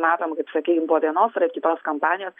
matom kaip sakykim po vienos ar kitos kampanijos